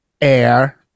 air